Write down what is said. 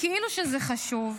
כאילו שזה חשוב.